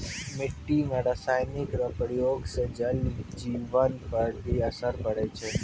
मिट्टी मे रासायनिक रो प्रयोग से जल जिवन पर भी असर पड़ै छै